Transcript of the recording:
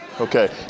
Okay